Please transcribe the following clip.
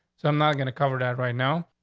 so i'm not gonna cover that right now.